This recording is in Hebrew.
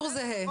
בשיעור זהה.